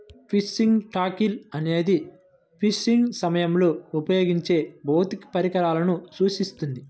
fishing tackle అనేది fishing సమయంలో ఉపయోగించే భౌతిక పరికరాలను సూచిస్తుంది